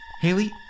Haley